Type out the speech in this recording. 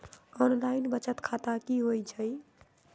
Online बचत खाता की होई छई?